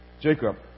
Jacob